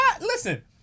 listen